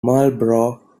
marlboro